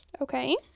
Okay